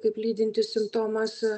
kaip lydintis simptomas